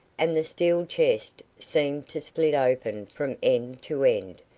and the steel chest seemed to split open from end to end,